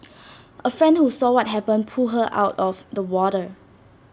A friend who saw what happened pulled her out of the water